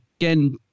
again